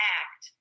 act